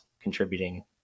contributing